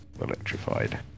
electrified